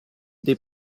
dei